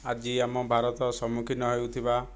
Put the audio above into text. ଆଜି ଆମ ଭାରତ ସମ୍ମୁଖୀନ ହେଉଥିବା